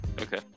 Okay